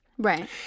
Right